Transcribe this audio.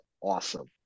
awesome